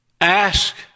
ask